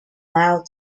mild